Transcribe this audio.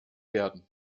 werden